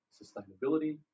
sustainability